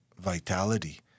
vitality